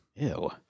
Ew